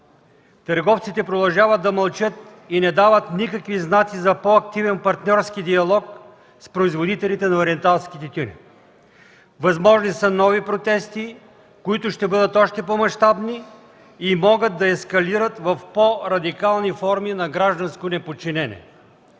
търговците продължават да мълчат и не дават никакви знаци за по-активен партньорски диалог с производителите на ориенталски тютюни. Възможни са нови протести, които ще бъдат още по-мащабни и могат да ескалират в по-радикални форми на гражданско неподчинение.